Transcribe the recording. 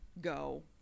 go